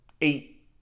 eight